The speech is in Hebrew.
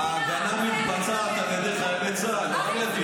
ההגנה מתבצעת על ידי חיילי צה"ל, לא על ידי.